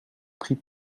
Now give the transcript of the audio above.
pris